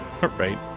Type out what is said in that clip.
Right